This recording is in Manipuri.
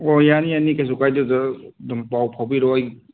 ꯑꯣ ꯌꯥꯅꯤ ꯌꯥꯅꯤ ꯀꯩꯁꯨ ꯀꯥꯏꯗꯦ ꯑꯣꯖꯥ ꯑꯗꯨꯝ ꯄꯥꯎ ꯐꯥꯎꯕꯤꯔꯛꯑꯣ ꯑꯩ